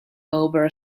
over